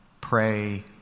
pray